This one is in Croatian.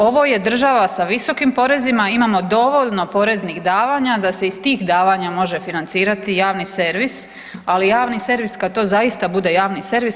Ovo je država sa visokim porezima, imamo dovoljno poreznih davanja da se iz tih davanja može financirati javni servis, ali javi servis kad to zaista bude javni servis.